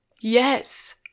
yes